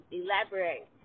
elaborate